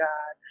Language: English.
God